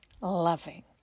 loving